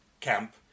camp